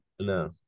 No